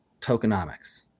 tokenomics